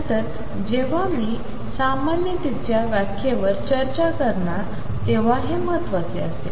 नंतर जेव्हा मी सामान्यतेच्या व्याख्यये वर चर्चा करणार तेव्हा हे महत्वाचे असेल